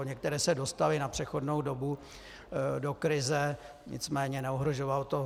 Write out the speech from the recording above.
Některé se dostaly na přechodnou dobu do krize, nicméně je to neohrožovalo.